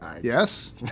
Yes